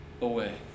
away